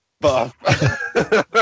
Buff